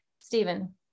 Stephen